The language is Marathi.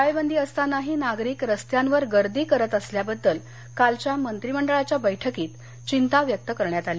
टाळेबंदी असतानाही नागरिक रस्त्यांवर गर्दी करत असल्याबद्दल कालच्या मंत्रीमंडळाच्या बैठकीत चिंता व्यक्त करण्यात आली